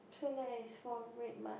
so nice from Redmart